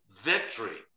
victory